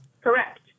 Correct